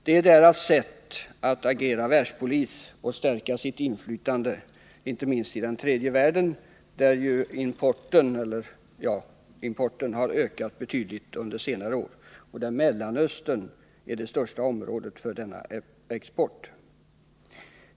Det är deras sätt att agera världspolis och stärka sitt inflytande, inte minst i tredje världen, som ju har ökat sin import betydligt under senare år. Där är Mellanöstern det största området för denna export.